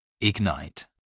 Ignite